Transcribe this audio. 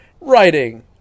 Writing